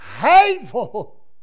hateful